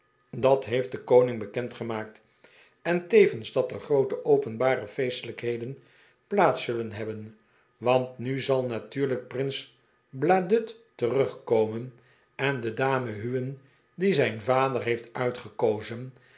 dat heeft de koning bekendgemaakt en tevens dat er groote openbare feestelijkheden plaats zullen hebben want nu zal natuurlijk prins bladud terugkomen en de dame huwen die zijn vader heeft uitgekozen